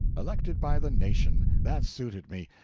elected by the nation. that suited me.